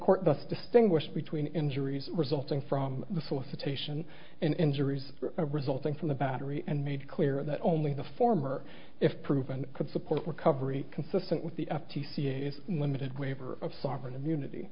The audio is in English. thus distinguished between injuries resulting from the solicitation injuries resulting from the battery and made clear that only the former if proven could support recovery consistent with the f t c is limited waiver of sovereign immunity